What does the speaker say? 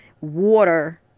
water